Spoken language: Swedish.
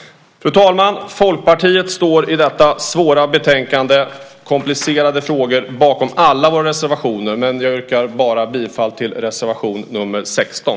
Fru talman! Folkpartiet står när det gäller detta svåra betänkande med komplicerade frågor bakom alla våra reservationer, men jag yrkar bifall bara till reservation 16.